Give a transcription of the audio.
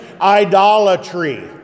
Idolatry